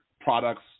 products